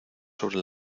sobre